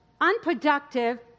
unproductive